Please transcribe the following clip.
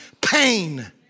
pain